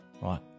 Right